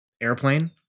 airplane